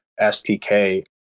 STK